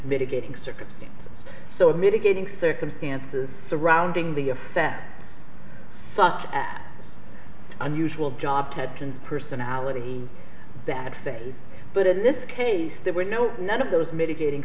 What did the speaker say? mitigating circumstance so mitigating circumstances surrounding the a fat such at unusual job had to personality that state but in this case there were no none of those mitigating